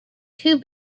two